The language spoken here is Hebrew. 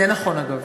זה נכון, אגב.